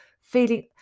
feeling